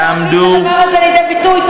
כדי להביא את הדבר הזה לידי ביטוי?